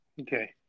Okay